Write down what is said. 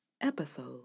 episode